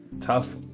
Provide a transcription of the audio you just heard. tough